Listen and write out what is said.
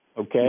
okay